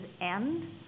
end